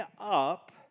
up